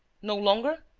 no longer?